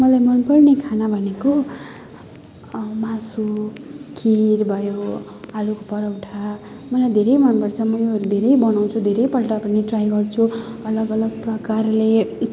मलाई मनपर्ने खाना भनेको मासु खिर भयो आलुको परठा मलाई धेरै मनपर्छ म यो धेरै बनाउँछु धेरैपल्ट पनि ट्राई गर्छु अलग अलग प्रकारले